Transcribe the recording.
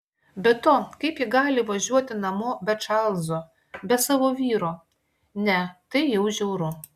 be to kaip ji gali važiuoti namo be čarlzo be savo vyro ne tai jau žiauru